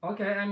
Okay